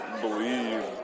believe